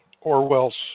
Orwell's